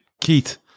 Keith